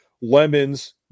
Lemons